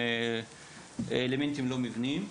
לא מבנים.